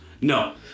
No